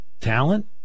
talent